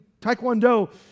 taekwondo